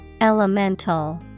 Elemental